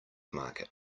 market